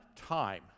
time